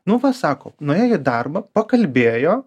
nu va sako nuėjo į darbą pakalbėjo